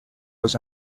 was